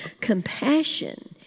Compassion